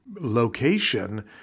location